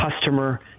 customer